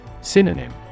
Synonym